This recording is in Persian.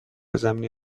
زمینه